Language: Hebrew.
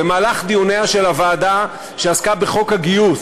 במהלך דיוניה של הוועדה שעסקה בחוק הגיוס